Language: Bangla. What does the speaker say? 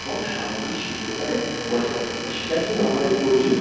এবং সামগ্রিক সুস্থতাকে বজায় রাখা তা সেটার জন্য আমাদের প্রয়োজন